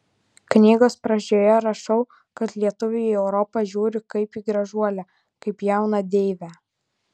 knygos pradžioje rašau kad lietuviai į europą žiūri kaip į gražuolę kaip jauną deivę